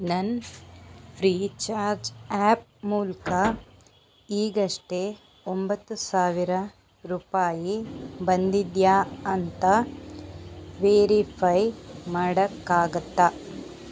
ನನ್ನ ಫ್ Freecharge app ಮೂಲಕ ಈಗಷ್ಟೇ ಒಂಬತ್ತು ಸಾವಿರ ರೂಪಾಯಿ ಬಂದಿದೆಯಾ ಅಂತ ವೇರಿಫೈ ಮಾಡಕ್ಕಾಗುತ್ತಾ